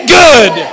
good